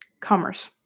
Commerce